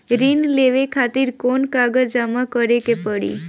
ऋण लेवे खातिर कौन कागज जमा करे के पड़ी?